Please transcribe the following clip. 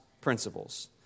principles